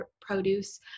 produce